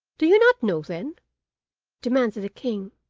do you not know, then demanded the king.